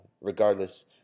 regardless